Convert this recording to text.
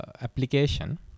application